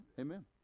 Amen